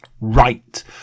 Right